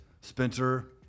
Spencer